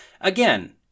Again